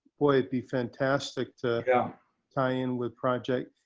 boy, it be fantastic to yeah tie in with project.